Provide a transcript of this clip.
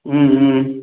ம் ம்